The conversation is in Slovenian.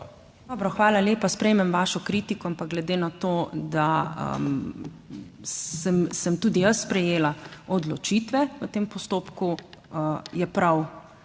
Dobro, hvala lepa. Sprejmem vašo kritiko. Ampak glede na to, da sem tudi jaz sprejela odločitve v tem postopku, je prav,